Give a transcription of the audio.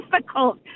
difficult